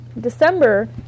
December